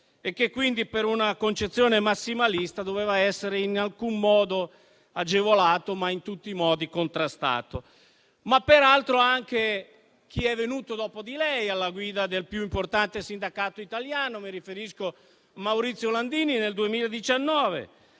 che quindi, per una concezione massimalista, non doveva essere in alcun modo agevolato, ma in tutti i modi contrastato. Peraltro, anche chi è venuto dopo di lei alla guida del più importante sindacato italiano (mi riferisco a Maurizio Landini) nel 2019